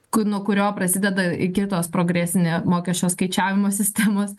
ku nuo kurio prasideda į kitos progresinė mokesčio skaičiavimo sistemos